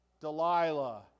Delilah